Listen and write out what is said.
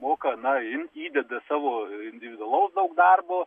moka na im įdeda savo individualaus daug darbo